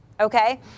Okay